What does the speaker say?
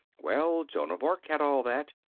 well, joan of arc had all that,